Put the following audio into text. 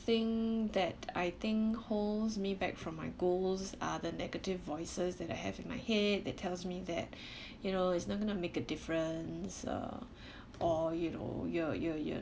thing that I think holds me back from my goals are the negative voices that I have in my head that tells me that you know it's not going to make a difference uh or you know your your your